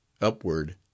upward